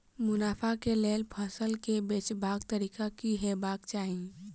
मुनाफा केँ लेल फसल केँ बेचबाक तरीका की हेबाक चाहि?